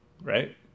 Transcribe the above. right